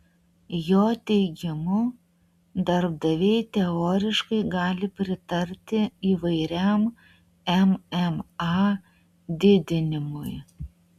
jo teigimu darbdaviai teoriškai gali pritarti įvairiam mma didinimui